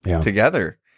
together